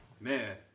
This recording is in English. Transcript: man